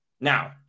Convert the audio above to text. now